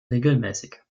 regelmäßig